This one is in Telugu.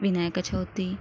వినాయక చవితి